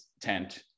tent